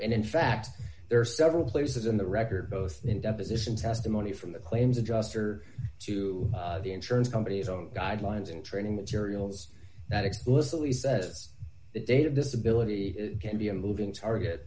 and in fact there are several places in the record both in deposition testimony from the claims adjuster to the insurance company's own guidelines in training materials that explicitly says the date of disability can be a moving target